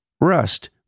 rust